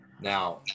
Now